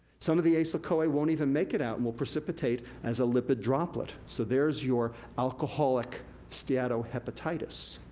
some of the acetyl-coa won't even make it out, and will precipitate as a lipid droplet, so there's your alcoholic steatohepatitis.